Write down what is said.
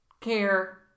care